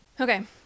Okay